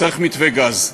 וצריך מתווה גז.